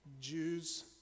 Jews